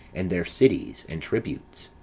and their cities, and tributes.